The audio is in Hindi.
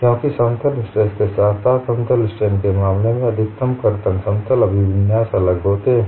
क्योंकि समतल स्ट्रेस के साथ साथ समतल स्ट्रेन के मामले में अधिकतम कर्तन समतल अभिविन्यास अलग होते हैं